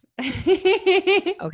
Okay